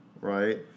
right